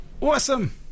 Awesome